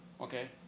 Okay